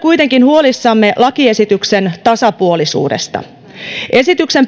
huolissamme lakiesityksen tasapuolisuudesta esityksen